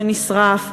שנשרף,